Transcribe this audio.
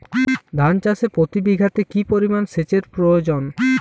ধান চাষে প্রতি বিঘাতে কি পরিমান সেচের প্রয়োজন?